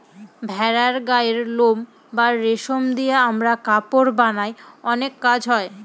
ভেড়ার গায়ের লোম বা রেশম দিয়ে আমরা কাপড় বানায় অনেক কাজ হয়